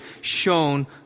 shown